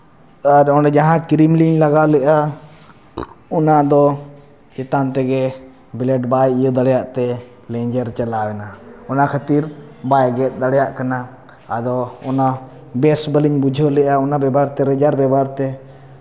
ᱟᱨ ᱚᱸᱰᱮ ᱡᱟᱦᱟᱸ ᱠᱨᱤᱢ ᱞᱤᱧ ᱞᱟᱜᱟᱣ ᱞᱮᱫᱼᱟ ᱚᱱᱟ ᱫᱚ ᱪᱮᱛᱟᱱ ᱛᱮᱜᱮ ᱵᱞᱮᱰ ᱵᱟᱭ ᱤᱭᱟᱹ ᱫᱟᱲᱮᱭᱟᱜ ᱛᱮ ᱞᱮᱧᱡᱮᱨ ᱪᱟᱞᱟᱣᱮᱱᱟ ᱚᱱᱟ ᱠᱷᱟᱹᱛᱤᱨ ᱵᱟᱭ ᱜᱮᱫ ᱫᱟᱲᱮᱭᱟᱜ ᱠᱟᱱᱟ ᱟᱫᱚ ᱚᱱᱟ ᱵᱮᱥ ᱵᱟᱹᱞᱤᱧ ᱵᱩᱡᱷᱟᱹᱣ ᱞᱮᱫᱼᱟ ᱚᱱᱟ ᱵᱮᱵᱚᱦᱟᱨ ᱛᱮ ᱨᱮᱡᱟᱨ ᱵᱮᱵᱚᱦᱟᱨ ᱛᱮ